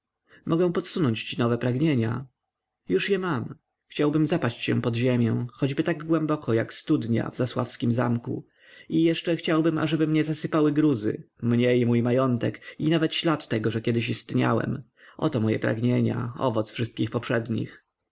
mogę podsunąć ci nowe pragnienia już je mam chciałbym zapaść się pod ziemię choć tak głęboko jak studnia w zasławskim zamku i jeszcze chciałbym ażeby mnie zasypały gruzy mnie i mój majątek i nawet ślad tego że kiedy istniałem oto moje pragnienia owoc wszystkich poprzednich